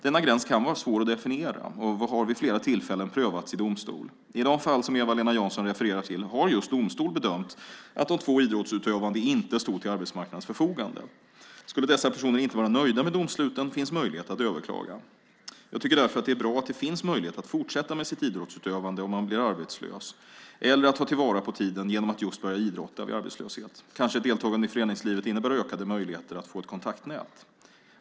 Denna gräns kan vara svår att definiera och har vid flera tillfällen prövats i domstol. I de fall som Eva-Lena Jansson refererar till har just domstol bedömt att de två idrottsutövande inte stod till arbetsmarknadens förfogande. Skulle dessa personer inte vara nöjda med domsluten finns möjlighet att överklaga. Jag tycker därför att det är bra att det finns möjligheter att fortsätta med sitt idrottsutövande om man blir arbetslös eller att ta vara på tiden genom att just börja idrotta vid arbetslöshet. Kanske ett deltagande i föreningslivet innebär ökade möjligheter att få ett kontaktnät.